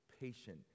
patient